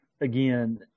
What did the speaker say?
again